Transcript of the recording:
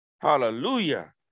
Hallelujah